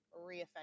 reoffending